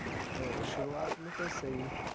تو شروعات میں تو صحیح